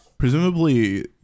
Presumably